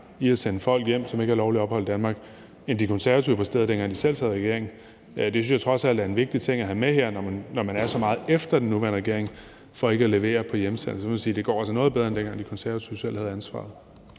at sende folk, som ikke har lovligt ophold i Danmark, hjem, end De Konservative præsterede, dengang de selv sad i regering. Det synes jeg trods alt er en vigtig ting at have med her, når man er så meget efter den nuværende regering for ikke at levere på hjemsendelse. Så man kan sige, at det altså går noget bedre, end dengang De Konservative selv havde ansvar.